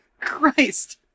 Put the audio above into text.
Christ